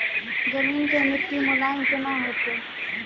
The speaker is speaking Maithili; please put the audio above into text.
जमीन के मिट्टी मुलायम केना होतै?